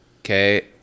Okay